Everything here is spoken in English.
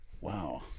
wow